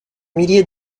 milliers